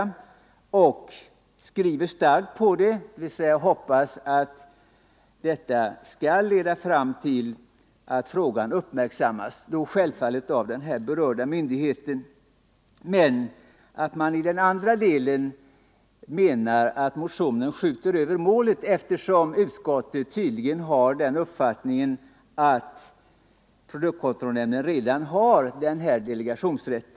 Utskottet betonar detta starkt i sin skrivning och hoppas att de skall leda fram till att frågan uppmärksammas av den berörda myndigheten. Men i den andra delen menar man att motionen skjuter över målet eftersom utskottet tydligen anser att produktkontrollnämnden redan har denna delegationsrätt.